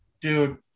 Dude